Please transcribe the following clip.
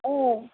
औ